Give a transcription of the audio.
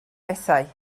bethau